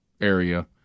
area